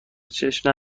چشم